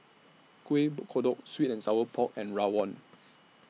Kuih Kodok Sweet and Sour Pork and Rawon